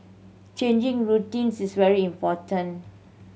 changing routines is very important